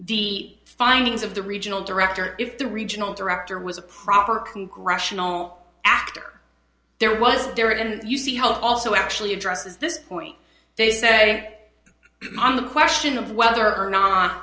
the findings of the regional director if the regional director was a proper congressional actor there was there and you see how it also actually addresses this point they say on the question of whether or not